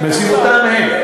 מסיבותיהם הם.